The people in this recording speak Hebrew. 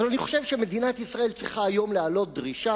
אבל אני חושב שמדינת ישראל צריכה היום להעלות דרישה